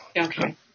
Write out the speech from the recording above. Okay